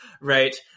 right